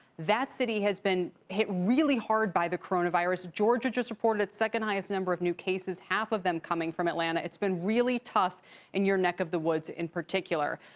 that city has been hit really hard by the coronavirus. georgia just reported its second highest number of new cases, half of them from atlanta. it's been really tough in your neck of the woods in particular.